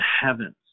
heavens